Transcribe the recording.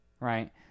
right